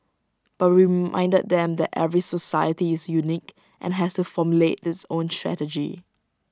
but we reminded them that every society is unique and has to formulate its own strategy